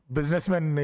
Businessman